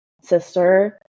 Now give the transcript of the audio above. sister